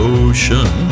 ocean